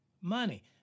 money